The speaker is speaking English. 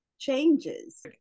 changes